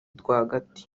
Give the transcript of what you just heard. rwagati